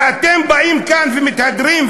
ואתם באים לכאן ומתהדרים,